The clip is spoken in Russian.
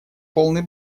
полный